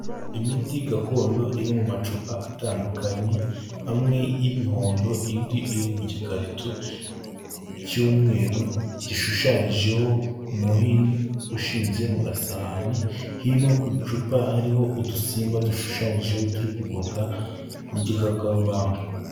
Imiti gakondo iri mu macupa atandukanye: amwe y'imihondo, indi iri mu gikarito cy'umweru gishushanyijeho umuhini ushinze mu gasahani, hino ku icupa hariho udusimba dushushanyijeho turi kuguruka, n'igikakarubamba.